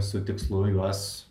su tikslu juos